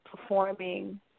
performing